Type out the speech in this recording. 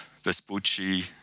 Vespucci